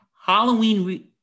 Halloween